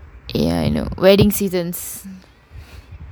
ya you know wedding seasons